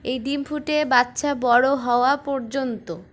এই ডিম ফুটে বাচ্চা বড়ো হওয়া পর্যন্ত